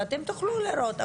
ואתם תוכלו לראות.